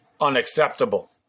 unacceptable